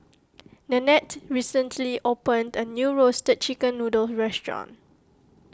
Nanette recently opened a new Roasted Chicken Noodle restaurant